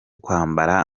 kwambara